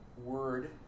word